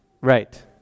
Right